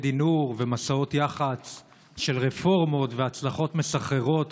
די-נור ומסעות יח"צ של רפורמות והצלחות מסחררות